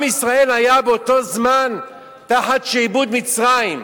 עם ישראל היה באותו זמן תחת שעבוד מצרים.